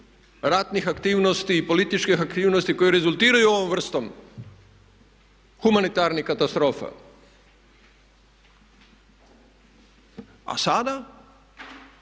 ratnih aktivnosti i političkih aktivnosti koji rezultiraju ovom vrstom humanitarnih katastrofa. A sada